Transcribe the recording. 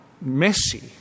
messy